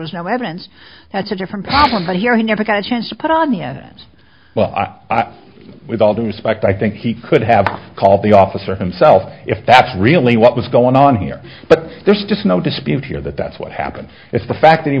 was no evidence that's a different problem but here he never got a chance to put on yes well with all due respect i think he could have called the officer himself if that's really what was going on here but there's just no dispute here that that's what happened it's the fact that he